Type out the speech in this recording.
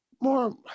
More